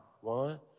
one